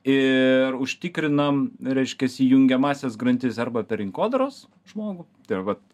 ir užtikrinam reiškiasi jungiamąsias grandis arba per rinkodaros žmogų ir vat